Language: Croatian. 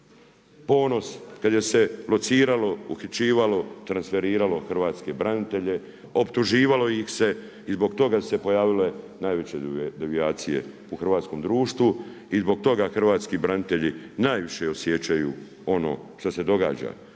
ponos, kada se lociralo, uhićivalo, transferiralo hrvatske branitelje, optuživalo ih se i zbog toga su se pojavile najveće devijacije u hrvatskom društvu i zbog toga hrvatski branitelji najviše osjećaju ono što se događa